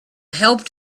helped